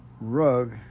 rug